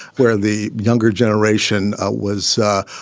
where the younger generation ah was. ah